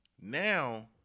now